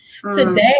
Today